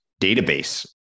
database